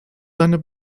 deine